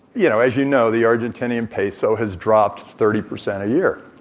you know, as you know the argentinian peso has dropped thirty percent a year.